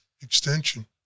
extension